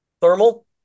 Thermal